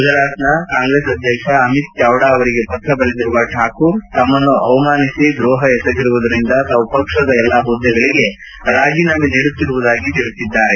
ಗುಜರಾತ್ನ ಕಾಂಗ್ರೆಸ್ ಅಧ್ಯಕ್ಷ ಅಮಿತ್ ಚಾವ್ಡಾ ಅವರಿಗೆ ಪತ್ರ ಬರೆದಿರುವ ಠಾಕೂರ್ ತಮ್ಮನ್ನು ಅವಮಾನಿಸಿ ದ್ರೋಪ ಎಸಗಿರುವುದರಿಂದ ತಾವು ಪಕ್ಷದ ಎಲ್ಲ ಹುದ್ದೆಗಳಿಗೆ ರಾಜೀನಾಮೆ ನೀಡುತ್ತಿರುವುದಾಗಿ ತಿಳಿಸಿದ್ದಾರೆ